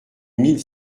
mille